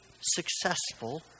successful